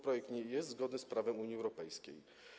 Projekt jest zgodny z prawem Unii Europejskiej.